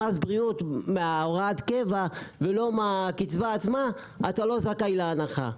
בריאות של 130 שקל מהוראת הקבע ולא מהקצבה עצמה אתה לא זכאי להנחה.